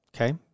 Okay